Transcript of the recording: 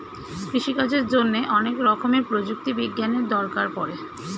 কৃষিকাজের জন্যে অনেক রকমের প্রযুক্তি বিজ্ঞানের দরকার পড়ে